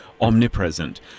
omnipresent